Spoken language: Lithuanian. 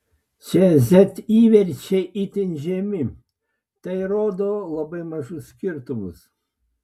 čia z įverčiai itin žemi tai rodo labai mažus skirtumus